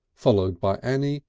followed by annie,